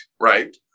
Right